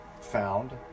found